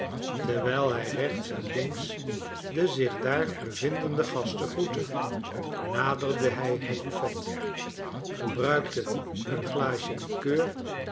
terwijl hij rechts en links de zich daar bevindende gasten groette naderde hij het buffet gebruikte een glaasje likeur